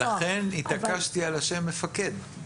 לכן התעקשתי על השם מפקד.